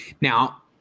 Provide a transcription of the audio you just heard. Now